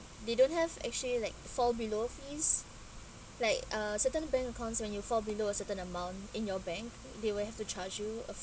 they don't have actually like fall below fees like uh certain bank accounts when you fall below a certain amount in your bank they will have to charge you a